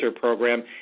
Program